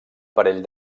parell